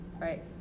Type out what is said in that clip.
right